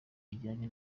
bijyanye